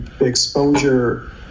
exposure